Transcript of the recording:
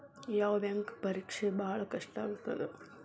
ಯಾವ್ ಬ್ಯಾಂಕ್ ಪರೇಕ್ಷೆ ಭಾಳ್ ಕಷ್ಟ ಆಗತ್ತಾ?